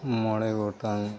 ᱢᱚᱬᱮ ᱜᱚᱴᱟᱝ